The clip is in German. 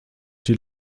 die